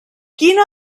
quina